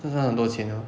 真的很多钱 liao